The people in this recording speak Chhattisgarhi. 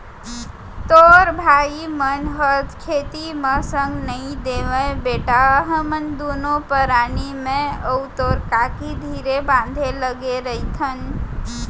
तोर भाई मन ह खेती म संग नइ देवयँ बेटा हमन दुनों परानी मैं अउ तोर काकी धीरे बांधे लगे रइथन